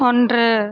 ஒன்று